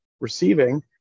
receiving